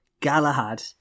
Galahad